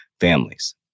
families